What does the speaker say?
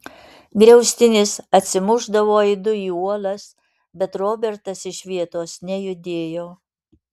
griaustinis atsimušdavo aidu į uolas bet robertas iš vietos nejudėjo